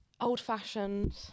old-fashioned